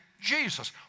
Jesus